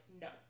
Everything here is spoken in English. no